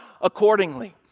accordingly